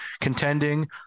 contending